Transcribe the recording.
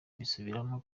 mbisubiremo